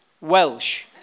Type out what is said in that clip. Welsh